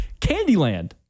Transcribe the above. candyland